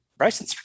Bryson